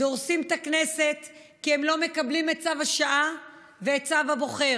דורסים את הכנסת כי הם לא מקבלים את צו השעה ואת צו הבוחר.